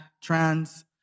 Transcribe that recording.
trans